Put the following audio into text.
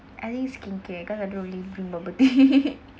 I think skincare cause I don't really drink bubble tea